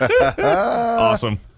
Awesome